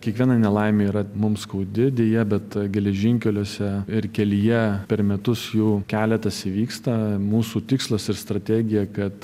kiekviena nelaimė yra mum skaudi deja bet geležinkeliuose ir kelyje per metus jų keletas įvyksta mūsų tikslas ir strategija kad